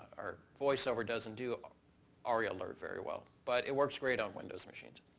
or voiceover doesn't do aria-alert very well. but it works great on windows machines.